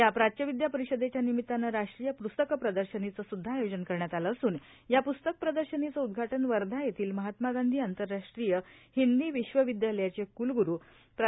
या प्राच्य विद्या परिषदेच्या निमिताने राष्ट्रीय प्स्तक प्रदर्शनीचे सुद्धा आयोजन करण्यात आले असून या प्स्तक प्रदर्शनीचे उद्घाटन वर्धा येथील महात्मा गांधी आंतरराष्ट्रीय हिंदी विश्व विद्यालयाचे कुलग्रु प्रा